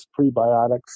prebiotics